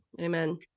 Amen